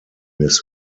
miss